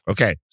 Okay